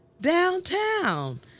Downtown